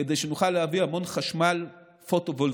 כדי שנוכל להביא המון חשמל פוטו-וולטאי,